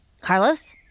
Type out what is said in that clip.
Carlos